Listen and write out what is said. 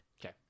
Okay